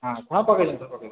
ହଁ ହଁ ପକେଇ ଦିଅନ୍ତୁ ପକେଇ ଦିଅନ୍ତୁ